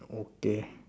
okay